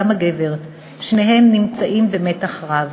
גם הגבר, שניהם נמצאים במתח רב.